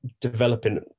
developing